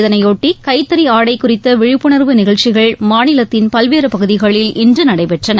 இதனையொட்டி கைத்தறி ஆடை குறித்த விழிப்புணர்வு நிகழ்ச்சிகள் மாநிலத்தின் பல்வேறு பகுதிகளில் இன்று நடைபெற்றன